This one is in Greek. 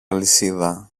αλυσίδα